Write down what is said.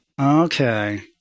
Okay